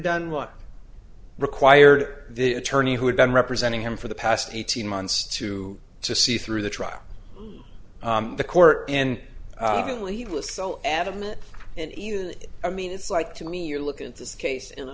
done what required the attorney who had been representing him for the past eighteen months to see through the trial the court and he was so adamant and even i mean it's like to me you look at this case in a